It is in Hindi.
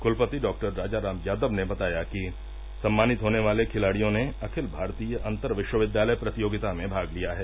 कुलपति डॉक्टर राजाराम यादव ने बताया कि सम्मानित होने वाले खिलाड़ियों ने अखिल भारतीय अन्तर विश्वविद्यालय प्रतियोगिता में भाग लिया हैं